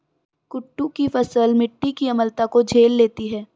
कुट्टू की फसल मिट्टी की अम्लता को झेल लेती है